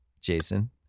Jason